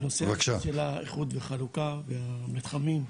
בנושא של איחוד וחלוקה במתחמים,